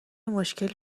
مشکل